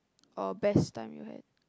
or best time you had